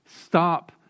stop